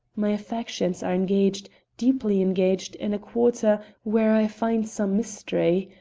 my affections are engaged, deeply engaged, in a quarter where i find some mystery.